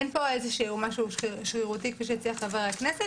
אין פה משהו שרירותי כפי שהציע חבר הכנסת.